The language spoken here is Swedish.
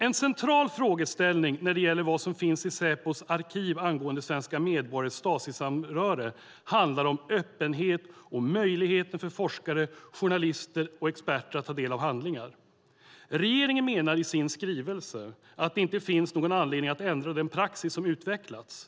En central frågeställning när det gäller vad som finns i Säpos arkiv angående svenska medborgares Stasisamröre handlar om öppenhet och möjligheten för forskare, journalister och experter att ta del av handlingar. Regeringen menar i sin skrivelse att det inte finns någon anledning att ändra den praxis som utvecklats.